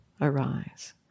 arise